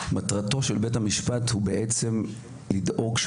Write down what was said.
אז בואו נעשה טיפה סדר.